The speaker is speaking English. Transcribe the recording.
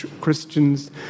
Christians